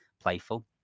playful